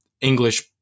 English